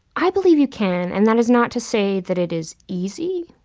i believe you can. and that is not to say that it is easy,